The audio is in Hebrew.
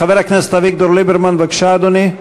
חבר הכנסת אביגדור ליברמן, בבקשה, אדוני.